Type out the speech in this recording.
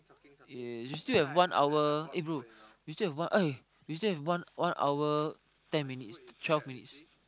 yea you still have one hour eh bro you still have one eh you still have one one hour ten twelve minutes